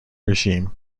regime